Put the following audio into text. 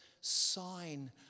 sign